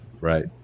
right